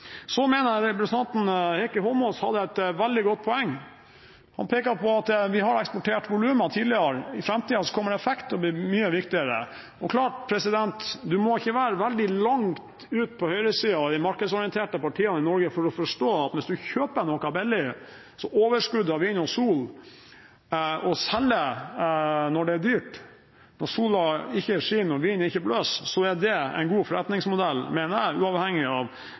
Så mener jeg representanten Heikki Eidsvoll Holmås hadde et veldig godt poeng. Han pekte på at vi har eksportert volum tidligere – i framtiden kommer effekt til å bli mye viktigere. Og man må ikke være veldig langt ut på høyresiden i markedsorienterte partier i Norge for å forstå at hvis man kjøper noe billig, som overskudd av vind og sol, og selger når det er dyrt, når sola ikke skinner og vinden ikke blåser, er det en god forretningsmodell, mener jeg, uavhengig av